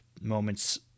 moments